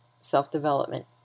self-development